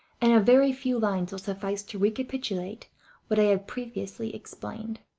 and a very few lines will suffice to recapitulate what i have previously explained.